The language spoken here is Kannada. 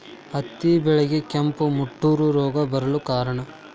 ಹತ್ತಿ ಬೆಳೆಗೆ ಕೆಂಪು ಮುಟೂರು ರೋಗ ಬರಲು ಕಾರಣ?